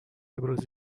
ابراز